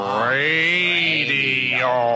radio